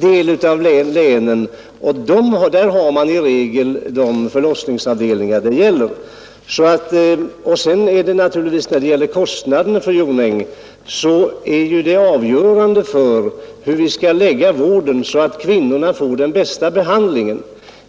delar av länen, och där har man i regel de förlossningsavdelningar som behövs. När det sedan gäller kostnaden, fru Jonäng, så är ju det avgörande hur vi skall lägga vården så att kvinnorna får den bästa behandlingen.